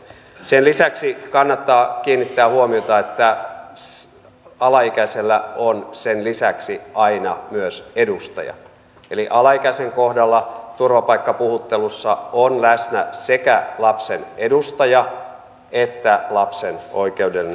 sen lisäksi kannattaa kiinnittää huomiota siihen että alaikäisellä on sen lisäksi aina myös edustaja eli alaikäisen kohdalla turvapaikkapuhuttelussa on läsnä sekä lapsen edustaja että lapsen oikeudellinen avustaja